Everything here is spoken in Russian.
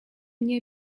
мне